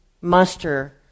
muster